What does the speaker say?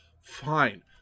fine